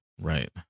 right